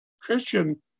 Christian